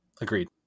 Agreed